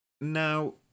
Now